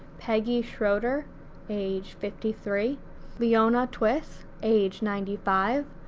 peggy schroeder age fifty three leona twiss age ninety five,